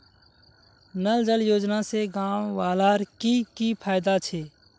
नल जल योजना से गाँव वालार की की फायदा छे?